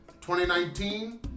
2019